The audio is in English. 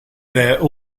their